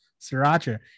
Sriracha